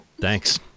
Thanks